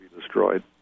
destroyed